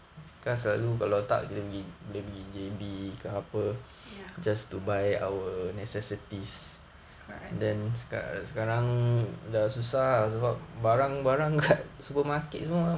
ya right